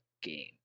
game